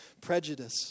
prejudice